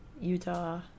Utah